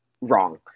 wrong